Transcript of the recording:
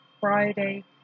Friday